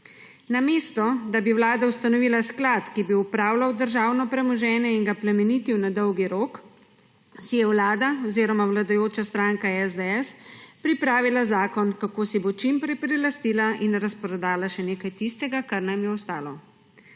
Namesto, da bi vlada ustanovila sklad, ki bi upravljal državno premoženje in ga plemenitil na dolgi rok, si je vlada oziroma vladajoča stranka SDS pripravila zakon, kako si bo čimprej prilastila in razprodala še nekaj tistega, kar nam je ostalo.